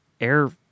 air